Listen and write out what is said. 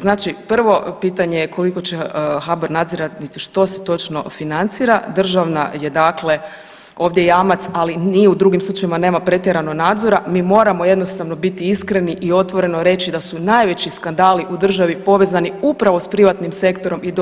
Znači prvo pitanje koliko će HBOR nadzirati što se točno financira, država je ovdje jamac, ali nije u drugim slučajevima nema pretjerano nadzora, mi moramo jednostavno biti iskreni i otvoreno reći da su najveći skandali u državi povezani upravo s privatnim sektorom i